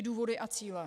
Důvody a cíle.